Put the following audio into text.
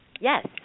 Yes